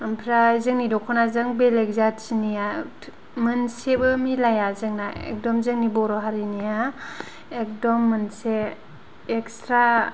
ओमफ्राय जोंनि दखनाजों बेलेक जाथिनिया मोनसेबो मिलाया जोंना एकदम जोंनि बर' हारिनिया एकदम मोनसे एक्सट्रा